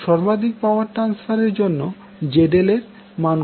সর্বাধিক ট্রান্সফার এর জন্য ZL এর মান কত